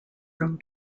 from